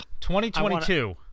2022